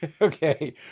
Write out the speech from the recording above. okay